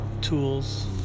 tools